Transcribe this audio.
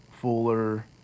Fuller